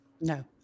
no